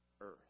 earth